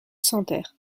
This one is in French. santerre